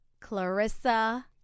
Clarissa